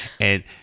And-